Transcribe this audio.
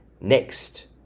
Next